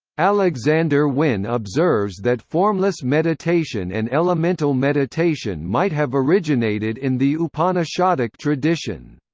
alexander wynne observes that formless meditation and elemental meditation might have originated in the upanishadic tradition.